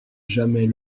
jamais